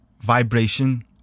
vibration